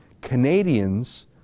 Canadians